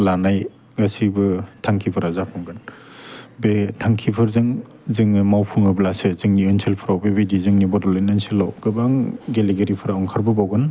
लानाय गासिबो थांखिफोरा जाफुंगोन बे थांखिफोरजों जोङो मावफुङोब्लासो जोंनि ओनसोलफ्राव बेबायदि जोंनि बड'लेण्ड ओनसोलाव गोबां गेलेगिरिफोरा ओंखारबोबावगोन